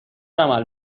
عمل